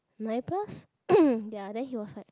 nine plus ya then he was like